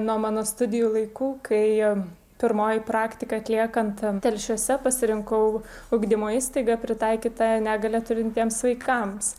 nuo mano studijų laikų kai pirmoji praktika atliekant telšiuose pasirinkau ugdymo įstaiga pritaikytą negalią turintiems vaikams